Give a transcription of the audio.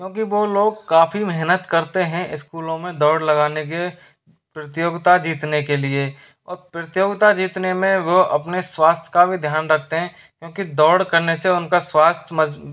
क्योंकि वो लोग काफ़ी मेहनत करते हैं स्कूलों में दौड़ लगाने के प्रतियोगिता जीतने के लिए और प्रतियोगिता जीतने में वह अपने स्वास्थ्य का भी ध्यान रखते हैं क्योंकि दौड़ करने से उनका स्वास्थ्य